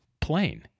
plane